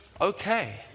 okay